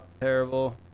Terrible